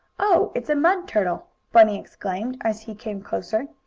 oh, it's a mud-turtle! bunny exclaimed as he came closer,